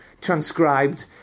transcribed